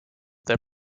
their